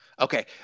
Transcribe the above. Okay